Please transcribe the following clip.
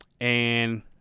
and-